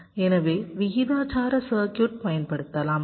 எனவே விகிதாசார சர்க்யூட் பயன்படுத்தலாம்